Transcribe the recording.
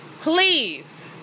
please